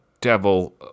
devil